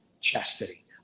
chastity